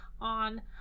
on